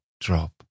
drop